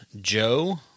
Joe